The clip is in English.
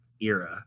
era